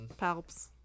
Palps